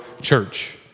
church